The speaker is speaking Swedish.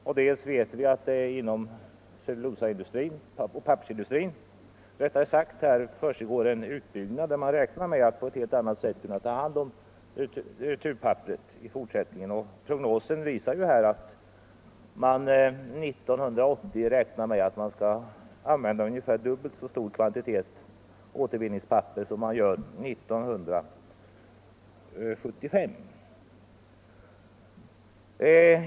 Vi vet också att det inom pappersindustrin försiggår en utbyggnad, där man räknar med att på ett helt annat sätt kunna ta hand om returpapperet i fortsättningen. Prognosen visar att man 1980 räknar med att kunna använda ungefär dubbelt så stor kvantitet återvinningspapper som 1975.